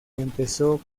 empezó